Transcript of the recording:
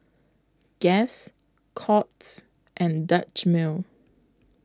Guess Courts and Dutch Mill